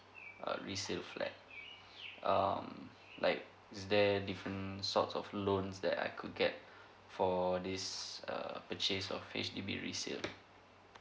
uh resale flat um like is there different sort of loans that I could get for this err purchase of H_D_B resale